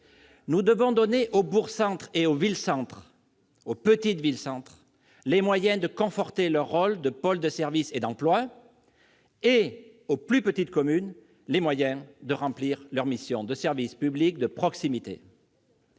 Nous devons donner aux bourgs-centres et aux petites villes-centres les moyens de conforter leur rôle de pôles de services et d'emplois et aux plus petites communes, les moyens de remplir leurs missions de service public de proximité.